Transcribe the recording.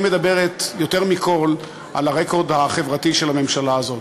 היא המדברת יותר מכול על הרקורד החברתי של הממשלה הזאת.